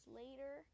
later